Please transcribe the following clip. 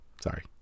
sorry